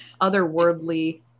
otherworldly